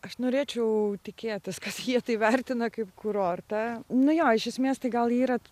aš norėčiau tikėtis kad jie tai vertina kaip kurortą ne iš esmės tai gal yra